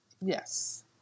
Yes